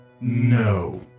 No